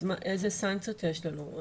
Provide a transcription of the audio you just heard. אז אילו סנקציות יש לנו?